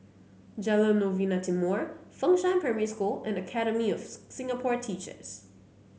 Jalan Novena Timor Fengshan Primary School and Academy of Singapore Teachers